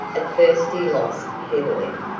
at first he lost heavily,